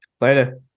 Later